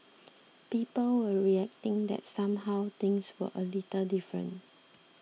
people were reacting that somehow things were a little different